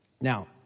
Now